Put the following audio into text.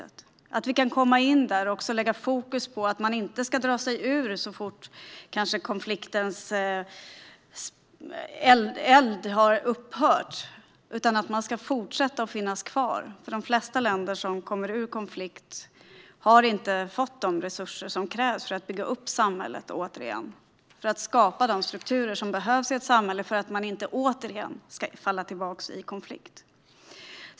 Det handlar om att vi kan komma in där och lägga fokus på att man inte ska dra sig ur så fort konfliktens eld har upphört utan att man ska fortsätta att finnas kvar. De flesta länder som kommer ur en konflikt har inte fått de resurser som krävs för att bygga upp samhället igen och för att skapa de strukturer som behövs i ett samhälle för att man inte återigen ska falla tillbaka i konflikt.